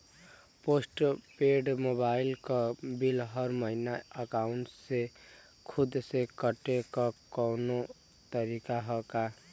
Post paid mobile क bill हर महिना एकाउंट से खुद से कटे क कौनो तरीका ह का?